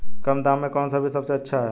कम दाम में कौन सा बीज सबसे अच्छा है?